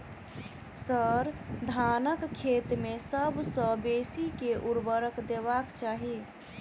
sir, धानक खेत मे सबसँ बेसी केँ ऊर्वरक देबाक चाहि